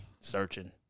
searching